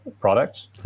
products